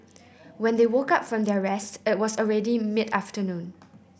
when they woke up from their rest it was already mid afternoon